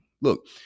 Look